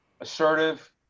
assertive